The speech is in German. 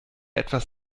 etwas